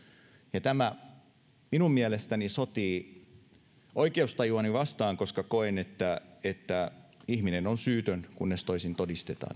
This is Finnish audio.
ja tämä sotii oikeustajuani vastaan koska koen että että ihminen on syytön kunnes toisin todistetaan